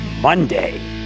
Monday